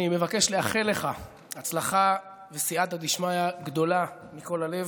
אני מבקש לאחל לך הצלחה וסייעתא דשמיא גדולה מכל הלב.